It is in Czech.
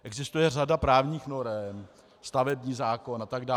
Existuje řada právních norem, stavební zákon a tak dále.